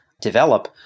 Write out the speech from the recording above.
develop